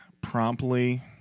promptly